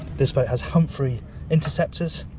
this boat has humphree interceptors,